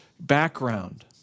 background